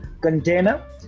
container